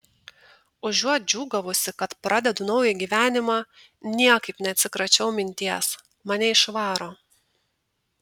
užuot džiūgavusi kad pradedu naują gyvenimą niekaip neatsikračiau minties mane išvaro